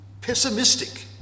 pessimistic